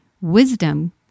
Wisdom